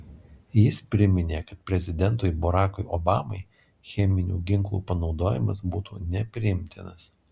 jis priminė kad prezidentui barackui obamai cheminių ginklų panaudojimas būtų nepriimtinas